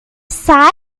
sight